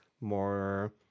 more